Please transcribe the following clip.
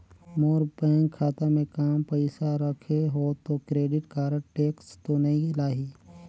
मोर bank खाता मे काम पइसा रखे हो तो क्रेडिट कारड टेक्स तो नइ लाही???